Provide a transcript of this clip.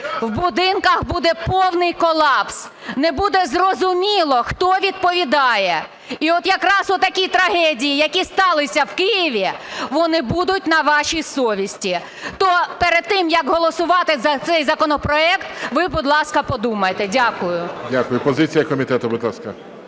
в будинках буде повний колапс, не буде зрозуміло, хто відповідає. І от якраз такі трагедії, які сталися в Києві, вони будуть на вашій совісті. То перед тим, як голосувати за цей законопроект, ви, будь ласка, подумайте. Дякую. ГОЛОВУЮЧИЙ. Дякую. Позиція комітету, будь ласка.